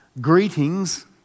Greetings